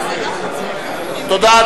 תודה.